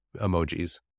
emojis